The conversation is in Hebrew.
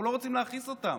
אנחנו לא רוצים להכעיס אותם.